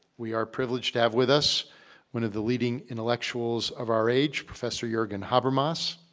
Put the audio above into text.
we are privileged to have with us one of the leading intellectuals of our age, professor jurgen habermas,